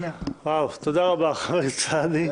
תודה רבה, חבר הכנסת סעדי.